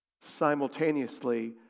simultaneously